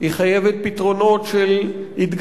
היא חייבת פתרונות של תמיכה מערכתית,